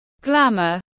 glamour